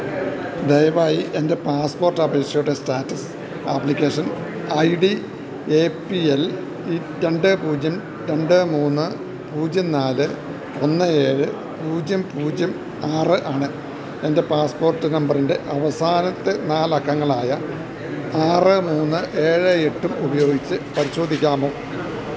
ദയവായി എൻ്റെ പാസ്പോർട്ട് അപേക്ഷയുടെ status application I D A P L രണ്ട് പൂജ്യം രണ്ട് മൂന്ന് പൂജ്യം നാല് ഒന്ന് ഏഴ് പൂജ്യം പൂജ്യം ആറ് ആണ് എൻ്റെ പാസ്പോർട്ട് നമ്പറിൻ്റെ അവസാനത്തെ നാലക്കങ്ങളായ ആറ് മൂന്ന് ഏഴ് എട്ടും ഉപയോഗിച്ച് പരിശോധിക്കാമോ